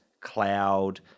cloud